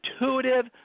intuitive